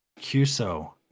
Cuso